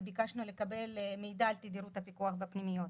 וביקשנו לקבל מידע על תדירות הפיקוח בפנימיות.